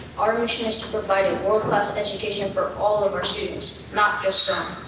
our mission is to provide a world class education for all of our students, not just some.